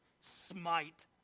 smite